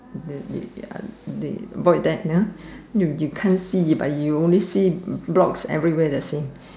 they void deck ya you you can't see but you know see blocks every where the same